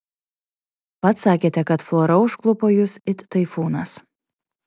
pats sakėte kad flora užklupo jus it taifūnas